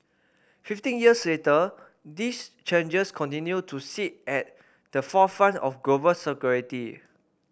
fifteen years later these challenges continue to sit at the forefront of global security